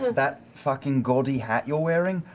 that fucking gaudy hat you're wearing?